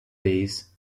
base